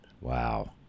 Wow